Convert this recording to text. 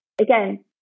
again